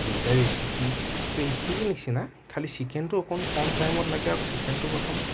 দুইটা ৰেচিপিটো একেই নিচিনা খালী চিকেনটো অলপ কম টাইমত লাগে আৰু ছিকেনটো প্ৰথম